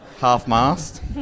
Half-mast